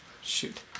Shoot